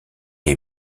est